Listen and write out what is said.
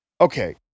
okay